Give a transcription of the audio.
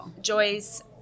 Joy's